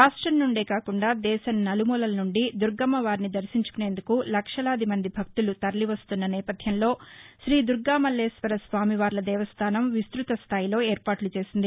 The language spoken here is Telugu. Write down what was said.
రాష్ట్రం నుండే కాకుండా దేశం నలుమూలల నుండి దుర్గామ్మవారిని దర్శించుకునేందుకు లక్షలాది మంది భక్తులు తరలి వస్తున్న నేపధ్యంలో శ్రీదుర్గామల్లేశ్వరస్వామి వార్ల దేవస్థానం విస్తృత స్టాయిలో ఏర్పాట్లు చేసింది